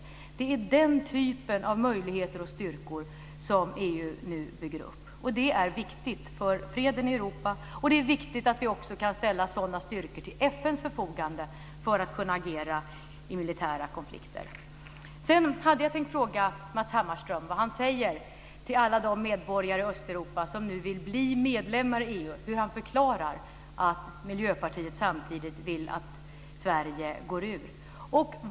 Det är den typen av möjligheter som EU nu bygger upp. Det är viktigt för freden i Europa, och det är även viktigt att vi kan ställa sådana här styrkor till FN:s förfogande för att kunna agera i militära konflikter. Jag hade också tänkt fråga Matz Hammarström vad han säger till medborgarna i alla de länder i Östeuropa som nu vill bli medlemmar i EU. Hur förklarar han för dem att Miljöpartiet samtidigt vill att Sverige ska gå ut ur EU?